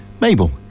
Mabel